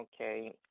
Okay